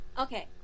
Okay